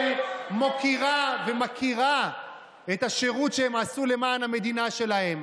מוקירה ומכירה את השירות שהם עשו למען המדינה שלהם.